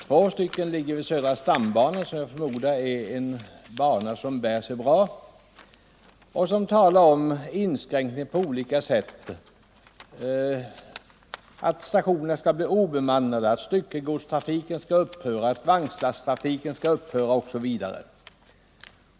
Två av dem ligger vid södra stambanan, som jag förmodar är en bana som bär sig bra. Det talades om inskränkning på olika sätt: stationerna skulle bli obemannade, styckegodstrafiken skulle upphöra, vagnslasttrafiken skulle upphöra osv.